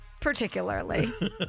particularly